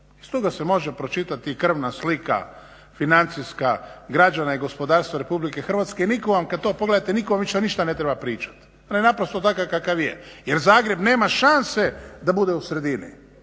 Iz toga se može pročitati i krvna slika, financijska građana i gospodarstva RH, nitko vam kad to pogledate, nitko više ništa ne treba pričati, on je naprosto takav kakav je. Jer Zagreb nema šanse da bude u sredini